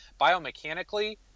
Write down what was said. biomechanically